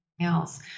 else